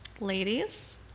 Ladies